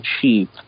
cheap